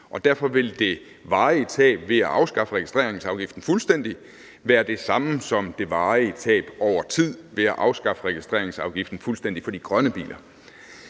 derfor vil det varige tab ved at afskaffe registreringsafgiften fuldstændig være det samme, som det varige tab over tid ved at afskaffe registreringsafgiften fuldstændig for de grønne biler.